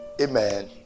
Amen